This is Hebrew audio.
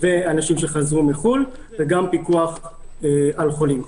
ואנשים שחזרו מחו"ל, וגם פיקוח על חולים.